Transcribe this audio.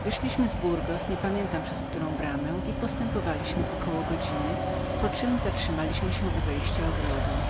wyszliśmy z burgos niepamiętam przez którą bramę i postępowaliśmy około godziny po której zatrzymaliśmy się u wejścia do ogrodu